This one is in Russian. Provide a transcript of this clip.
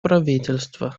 правительства